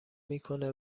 میکنه